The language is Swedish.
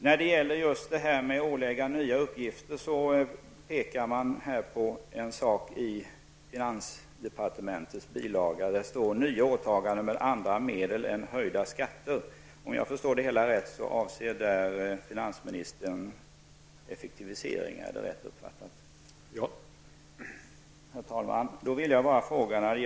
I finansdepartementets bilaga till budgetpropositionen står att kommuner och landsting skall ges möjlighet att finansiera eventuella nya åtaganden ''med andra medel än höjda skatter''. Om jag förstår det hela rätt avses med detta effektiviseringar.